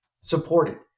supported